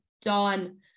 dawn